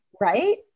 Right